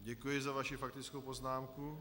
Děkuji za vaši faktickou poznámku.